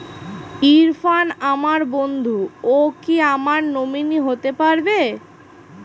ইরফান আমার বন্ধু ও কি আমার নমিনি হতে পারবে?